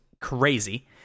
crazy